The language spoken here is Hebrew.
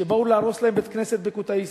כשבאו להרוס להם בית-כנסת בקוטאיסי.